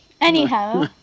Anyhow